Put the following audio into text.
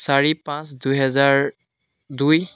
চাৰি পাঁচ দুহেজাৰ দুই